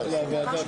הרוויזיה.